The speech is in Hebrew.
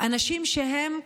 אנשים שהם,